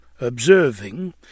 observing